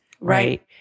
Right